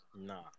Nah